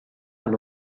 allo